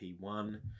P1